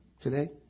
Today